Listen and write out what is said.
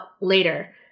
later